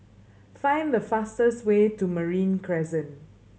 find the fastest way to Marine Crescent